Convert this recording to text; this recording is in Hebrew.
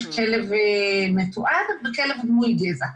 יש כלב מתועד וכלב דמוי גזע.